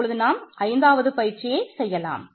இப்பொழுது ஐந்தாவது பயிற்சியை செய்யலாம்